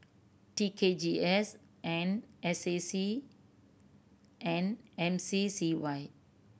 T K G S and S A C and M C C Y